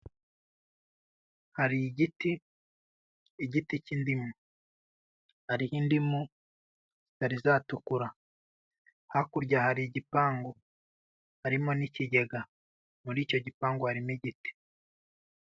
Hari igiti igiti cy'indimu hariho indimu zitarizatukura, hakurya hari igipangu harimo n'ikigega muri icyo gipangu harimo igiti.